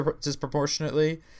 disproportionately